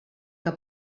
que